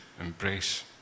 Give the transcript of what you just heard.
embrace